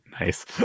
Nice